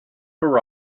her